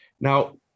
Now